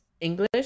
English